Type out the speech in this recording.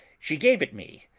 she gave it me,